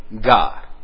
God